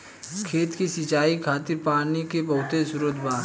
खेत के सिंचाई खातिर पानी के बहुत स्त्रोत बा